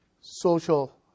social